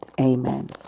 Amen